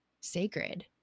sacred